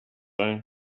own